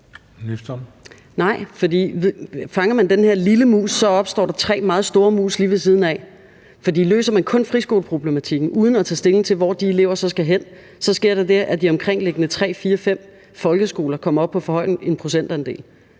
fanger man den her lille mus, opstår der tre meget store mus lige ved siden af, for løser man kun friskoleproblematikken uden at tage stilling til, hvor de elever så skal hen, sker der det, at de omkringliggende tre, fire, fem folkeskoler kommer op på for høj en procentandel.